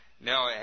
No